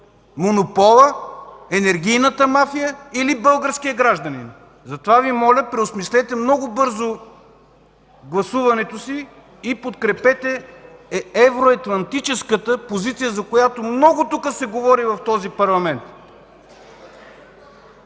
монопола, енергийната мафия или българския гражданин? Моля Ви, преосмислете много бързо гласуването си и подкрепете евроатлантическата позиция, за която много се говори в този парламент.